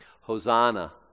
Hosanna